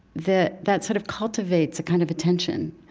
that that sort of cultivates a kind of attention.